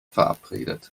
verabredet